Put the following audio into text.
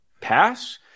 pass